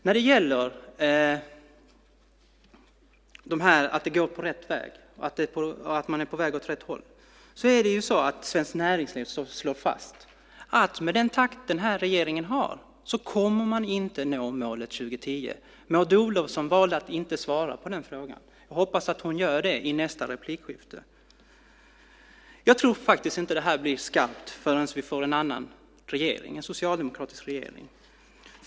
När det gäller att det går på rätt väg och att man är på väg åt rätt håll slår Svenskt Näringsliv fast att med den takt den här regeringen har kommer man inte att nå målet 2010. Maud Olofsson valde att inte svara på den frågan. Jag hoppas att hon gör det i nästa replikskifte. Jag tror faktiskt inte att detta blir skarpt förrän vi får en annan regering - en socialdemokratisk regering.